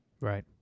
right